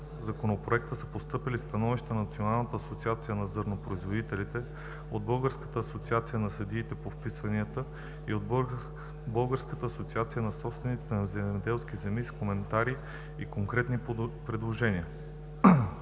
Законопроекта са постъпили становища от Националната асоциация на зърнопроизводителите, от Българската асоциацията на съдиите по вписванията и от Българска асоциация на собствениците на земеделски земи с коментари и конкретни предложения.